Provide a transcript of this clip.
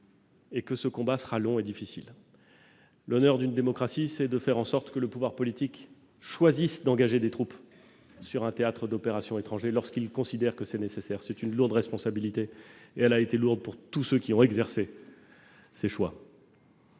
et que ce combat sera long et difficile. L'honneur d'une démocratie, c'est de faire en sorte que le pouvoir politique choisisse d'engager des troupes sur un théâtre d'opérations étranger lorsqu'il considère que c'est nécessaire ; c'est une lourde responsabilité et elle a été lourde pour tous ceux qui ont exercé ces choix.